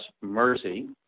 Mercy